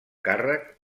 càrrec